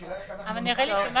השאלה איך אנחנו --- אבל נראה לי שמה